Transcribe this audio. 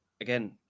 again